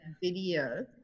video